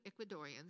Ecuadorians